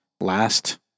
last